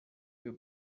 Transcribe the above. you